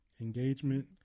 Engagement